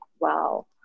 wow